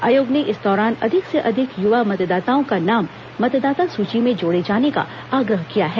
आयोग ने इस दौरान अधिक से अधिक युवा मतदाताओं का नाम मतदाता सूची में जोड़े जाने का आग्रह किया है